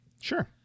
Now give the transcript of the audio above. Sure